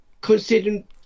considering